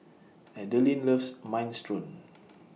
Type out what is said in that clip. Adaline loves Minestrone